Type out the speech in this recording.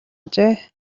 ажээ